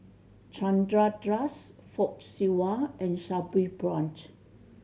Chandra Das Fock Siew Wah and Sabri Buang